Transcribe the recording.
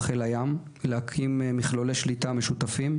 חיל הים להקים מכלולי שליטה משותפים,